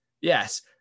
Yes